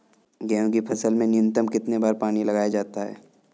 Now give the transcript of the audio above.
गेहूँ की फसल में न्यूनतम कितने बार पानी लगाया जाता है?